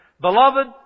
Beloved